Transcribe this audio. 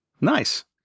Nice